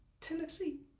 tennessee